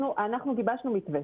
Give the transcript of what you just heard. אנחנו גיבשנו מתווה.